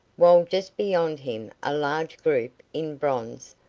while just beyond him a large group in bronze,